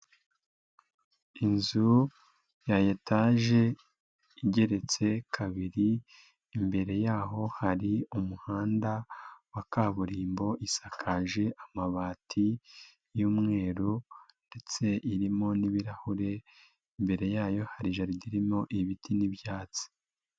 Inzu ya etaje igeretse kabiri, imbere yaho hari umuhanda wa kaburimbo, isakaje amabati y'umweru ndetse irimo n'ibirahure, imbere yayo hari jaride irimo ibiti n'ibyatsi.